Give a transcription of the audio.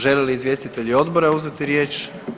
Žele li izvjestitelji odbora uzeti riječ?